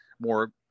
more